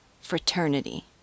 fraternity